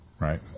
right